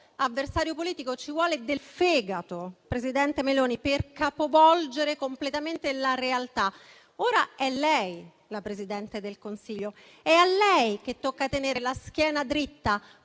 avversario politico. Ci vuole del fegato, presidente Meloni, per capovolgere completamente la realtà. Ora è lei la Presidente del Consiglio, è a lei che tocca tenere la schiena dritta,